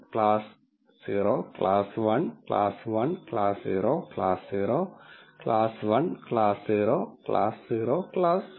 class 0 class 1 class 1 class 0 class 0 class 1 class 0 class 0 class 0